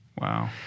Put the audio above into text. Wow